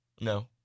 No